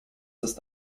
ist